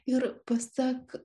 ir pasak